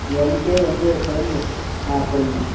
எனக்கே வந்து ஃப்ரெண்டு ஆ சொல்லுங்கள்